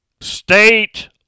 State